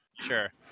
Sure